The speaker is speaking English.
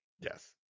Yes